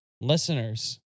listeners